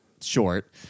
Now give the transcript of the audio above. short